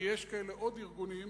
כי יש כאלה עוד ארגונים,